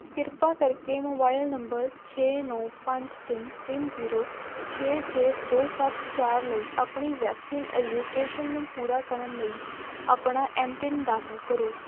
ਕਿਰਪਾ ਕਰਕੇ mobile number ਛੇ ਨੌ ਪੰਜ ਤਿੰਨ ਤਿੰਨ ਜ਼ੀਰੋ ਛੇ ਛੇ ਦੋ ਸੱਤ ਚਾਰ ਲਈ ਆਪਣੀ ਵੈਕਸੀਨ ਰਜਿਸਟ੍ਰੇਸ਼ਨ ਨੂੰ ਪੂਰਾ ਕਰਨ ਲਈ ਆਪਣਾ ਐੱਮ ਪਿੰਨ ਦਾਖਲ ਕਰੋ